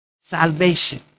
Salvation